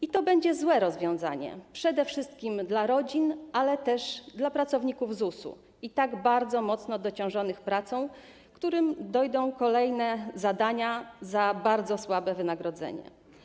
I to będzie złe rozwiązanie, przede wszystkim dla rodzin, ale też dla pracowników ZUS, i tak bardzo mocno dociążonych pracą, którym dojdą kolejne zadania za bardzo słabe wynagrodzenie.